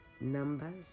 Numbers